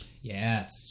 Yes